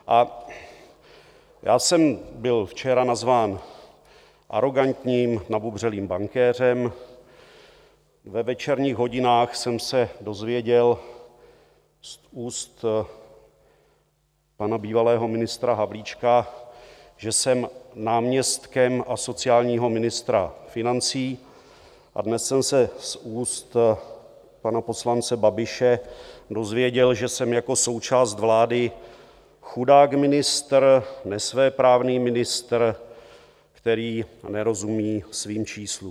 A já jsem byl včera nazván arogantním, nabubřelým bankéřem, ve večerních hodinách jsem se dozvěděl z úst pana bývalého ministra Havlíčka, že jsem náměstkem asociálního ministra financí, a dnes jsem se z úst pana poslance Babiše dozvěděl, že jsem jako součást vlády chudák ministr, nesvéprávný ministr, který nerozumí svým číslům.